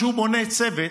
כשהוא בונה צוות,